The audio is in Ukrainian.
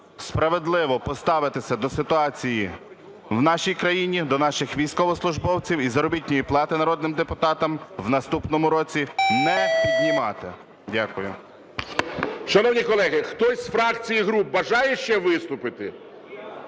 справедливо поставитися до ситуації в нашій країні, до наших військовослужбовців і заробітної плати народним депутатам в наступному році не піднімати. Дякую. ГОЛОВУЮЧИЙ. Шановні колеги, хтось з фракцій і груп бажає ще виступити?